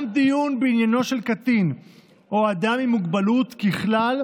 גם דיון בעניינו של קטין או אדם עם מוגבלות ככלל